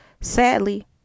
sadly